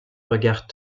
regard